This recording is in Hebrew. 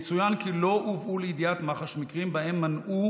יצוין כי לא הובאו לידיעת מח"ש מקרים שבהם מנעו